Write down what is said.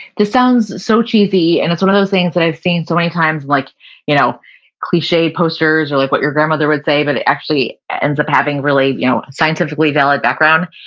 this sounds so cheesy and it's one of those things that i've seen so many times, like you know cliche posters or like what your grandmother would say, but it actually ends up having really you know scientifically valid background,